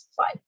five